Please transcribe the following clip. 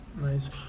nice